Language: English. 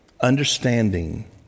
Understanding